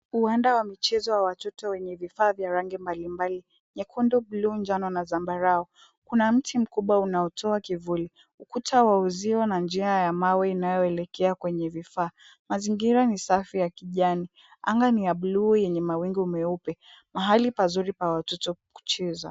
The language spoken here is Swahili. Uwanda wa michezo wa watoto wenye vifaa mbali mbali; nyekundu, buluu, na zambarau na kuna mti mkubwa unaotoa kivuli. Ukuta wa uzio na njia ya mawe inayoelekea kwenye vifaa. Mazingira ni safi ya kijani. Anga ni ya buluu yenye mawimbi meupe, mahali pazuri pa watoto kucheza.